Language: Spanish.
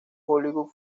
hollywood